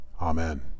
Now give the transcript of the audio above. Amen